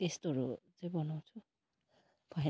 त्यस्तोहरू चाहिँ बनाउँछु भए